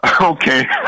Okay